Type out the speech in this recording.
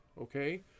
Okay